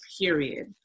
Period